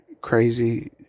crazy